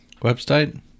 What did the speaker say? Website